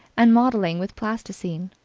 and modelling with plasticine.